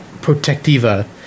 Protectiva